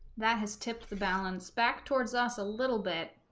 that has tipped the balance back towards us a little bit